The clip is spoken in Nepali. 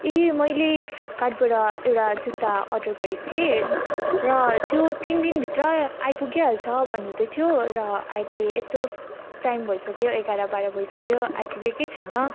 ए मैले फ्लिपकार्टबाट एउटा जुत्ता अर्डर गरेको थिएँ र त्यो तिन दिनभित्र आइपुगिहाल्छ भन्नुहुँदै थियो र अहिले यत्रो टाइम भइसक्यो एघार बाह्र बजीसक्यो आइपुगेकै छैन